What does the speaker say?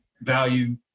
value